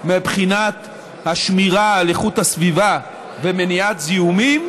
מבחינת השמירה על איכות הסביבה ומניעת זיהומים,